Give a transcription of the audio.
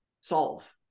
solve